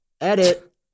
Edit